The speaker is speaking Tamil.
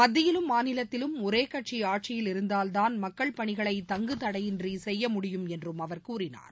மத்தியிலும் மாநிலத்திலும் ஒரே கட்சி ஆட்சியில் இருந்தால்தான் மக்கள் பணிகளை தங்கு தடையின்றி செய்ய முடியும் என்றும் அவர் கூறினார்